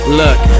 look